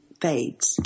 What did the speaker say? Fades